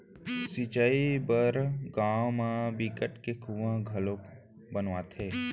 सिंचई बर गाँव म बिकट के कुँआ घलोक खनवाथे